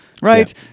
right